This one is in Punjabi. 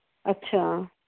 ਅੱਛਾ